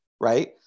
right